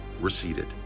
receded